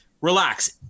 relax